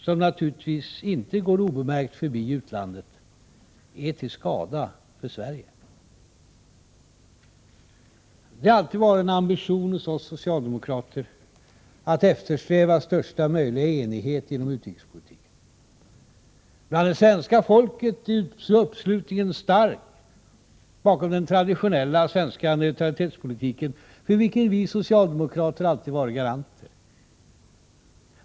som naturligtvis inte går obemärkt förbi i utlandet, är till skada för Sverige. Det har alltid varit en ambition hos oss socialdemokrater att eftersträva största möjliga enighet inom utrikespolitiken. Bland det svenska folket är uppslutningen stark bakom den traditionella svenska neutralitetspolitiken, för vilken vi socialdemokrater alltid varit garanter.